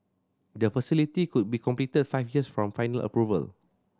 the facility could be completed five years from final approval